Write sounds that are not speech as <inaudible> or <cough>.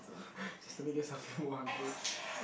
<breath> just to make you full hungry